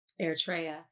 Eritrea